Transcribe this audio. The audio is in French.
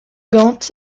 gant